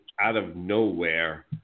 out-of-nowhere